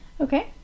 okay